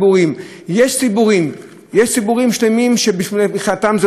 יש ציבורים שלמים שמבחינתם זו לא הפתעה.